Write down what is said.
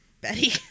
Betty